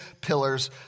pillars